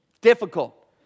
Difficult